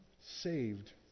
saved